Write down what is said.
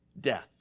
death